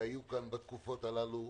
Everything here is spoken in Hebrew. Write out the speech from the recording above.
שהיו כאן בתקופות האלה,